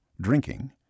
drinking